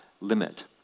limit